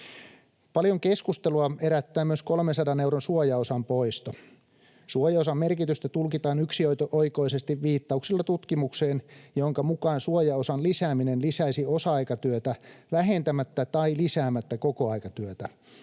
Paljon keskustelua herättää myös 300 euron suojaosan poisto. Suojaosan merkitystä tulkitaan yksioikoisesti viittauksilla tutkimukseen, jonka mukaan suojaosan lisääminen lisäisi osa-aikatyötä vähentämättä tai lisäämättä kokoaikatyötä.